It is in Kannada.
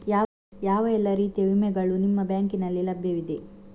ಯಾವ ಎಲ್ಲ ರೀತಿಯ ವಿಮೆಗಳು ನಿಮ್ಮ ಬ್ಯಾಂಕಿನಲ್ಲಿ ಲಭ್ಯವಿದೆ?